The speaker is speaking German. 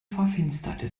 verfinsterte